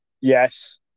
yes